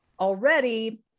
already